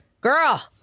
Girl